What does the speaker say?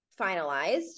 finalized